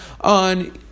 on